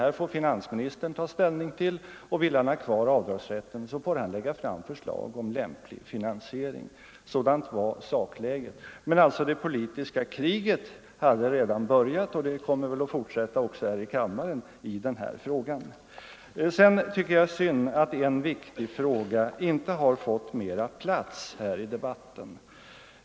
Det får finansministern ta ställning till. Vill han ha kvar avdragsrätten, får han lägga fram förslag om lämplig finansiering. — Sådant var sakläget. Men det politiska kriget i denna fråga hade redan börjat, och det kommer väl att fortsätta också här i kammaren. Jag tycker att det är synd att en viktig fråga inte har fått mera plats i denna debatt.